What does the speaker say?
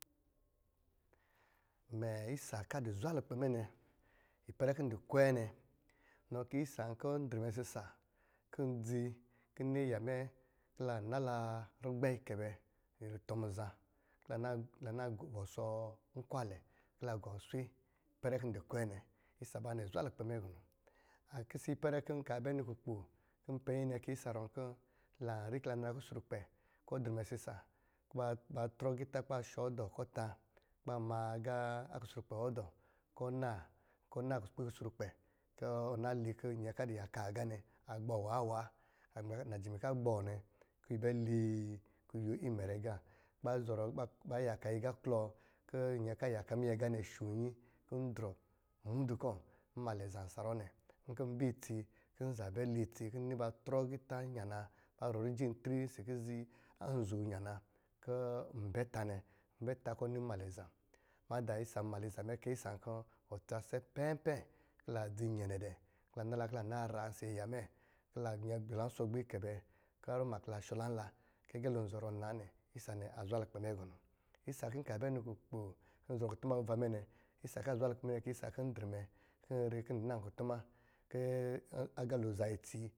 Imɛɛ isa kɔ̄ a dɔ̄ zwa lukpɛ mɛ nɛ, ipɛrɛ kɔ̄ ndɔ̄ kwɛɛ nɛ, inɔ kɛ isa kɔ̄ ndrɛ kɔ̄ ndzi kɔ̄ ni ayɛ mɛ kɔ̄ la nala rugbɛ ikɛbɛ rutɔ̄ a muzá kɔ̄ la na wɔsɔ nkwalɛ kɔ̄ la gɔ aswe ipɛrɛ kɔ̄ n dɔ̄ kwɛɛ nɛ, isa abanɛ azwa lukpɛ mɛ gɔnɔ. A kisi ipɛrɛ kɔ̄ npɛ nnyi nɛ kɛ isa a ruwɔ̄ kɔ̄ ɔ drɛ isisa kɔ̄ ba trɔ agiitá kɔ̄ ba shɔ dɔɔ kɔ̄ ɔtá, kɔ̄ ba ma agá a ksrukpɛ wɔ dɔɔ kɔ̄ ɔ naa-kɔ̄ ɔnaa kutun a kusrukpɛ, kɔ̄-kɔ̄ ɔnaa nali kɔ̄ ba gbɔɔ waawa, najimi kɔ̄ agbɔɔ nɛ, kɔ̄ yi bɛ li kuyo imɛrɛ agá kɔ̄ ba zɔrɔ ba yaka yi agá klɔɔ kɔ̄ nyɛn kɔ̄ nyɛ kɔ a ya ka minyɛ agá nɛ a sho nnyi kɔ̄ n drɔ muudu kɔ̄ mnmalɛ azá saruwá nɛ nkɔ̄ n bɛ itsi, kɔ̄- nza bɛ li itsi kɔ̄- n ni ba trɔ agiitá nyana kɔ̄ n bɛ tá nɛ nbɛ tá kɔ̄ mnmalɛ a zam. Madá isa a mnmalɛ iza mɛ kɛ isa nwá kɔ ɔtsa a sɛ pɛmpɛ̄ kɔ̄ la dzi inyɛnɛ dɛ kɔ̄ la nala kɔ̄ la na ra ɔsɔ̄ aya mɛ. Kɔ̄ la shɔ̄ la nla kɔ̄ agalo anzɔrɔ isa kɔ̄ nkaa bɛ ni kukpoo kɔ̄ nzɔ̄ kutuma avuva mɛ, isa kɔ̄ azwa lukpɛ mɛ kɛ isa kɔ̄ ndrɛ mɛ kɔ̄ nri kɔ̄ nan kutuma kɔ̄ agala azaa itsi